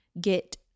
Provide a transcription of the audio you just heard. get